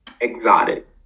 exotic